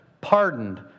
pardoned